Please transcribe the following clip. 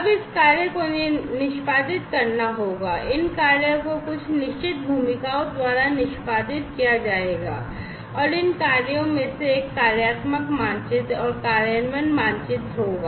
अब इस कार्य को निष्पादित करना होगा इन कार्यों को कुछ निश्चित भूमिकाओं द्वारा निष्पादित किया जाएगा और इन कार्यों में एक कार्यात्मक मानचित्र होगा